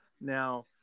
Now